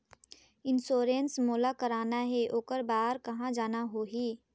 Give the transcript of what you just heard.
Insurance मोला कराना हे ओकर बार कहा जाना होही?